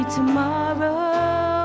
tomorrow